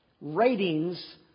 ratings